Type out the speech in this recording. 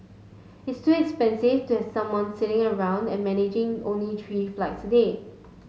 it's too expensive to have someone sitting around and managing only three flights a day